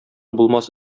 булмас